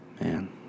man